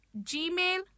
Gmail